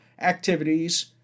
activities